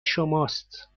شماست